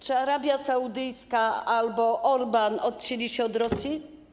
Czy Arabia Saudyjska albo Orbán odcięli się od Rosji?